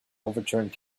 overturned